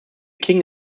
king